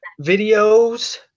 videos